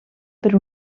per